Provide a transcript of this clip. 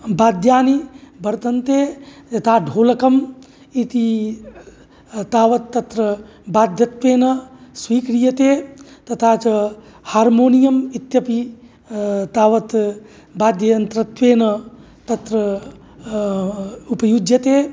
वाद्यानि वर्तन्ते यथा ढोलकम् इति तावत् तत्र वाद्यत्वेन स्वीक्रियते तथा च हार्मोनियम् इत्यपि तावत् वाद्ययन्त्रत्वेन तत्र उपयुज्यते